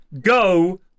Go